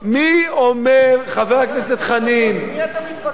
מי אומר, חבר הכנסת חנין, עם מי אתה מתווכח?